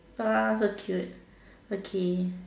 ah so cute okay